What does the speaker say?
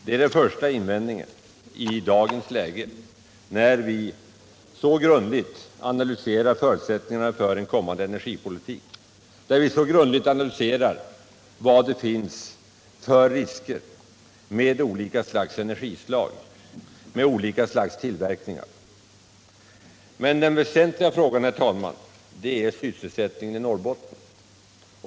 — Det är den första invändningen i dagens läge, då vi så grundligt analyserar förutsättningarna för energipolitiken, då vi så grundligt analyserar vad det finns för risker med olika slags energikällor och tillverkningar. Men den väsentliga frågan är sysselsättningen i Norrbotten.